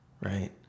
right